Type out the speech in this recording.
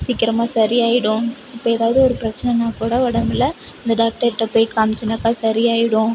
சீக்கிரமாக சரியாயிடும் இப்போ எதாவது இரு பிரச்சனனாக்கூட உடம்புல இந்த டாக்டர்கிட்ட போய் காம்ச்சோனாக்கா சரியாயிடும்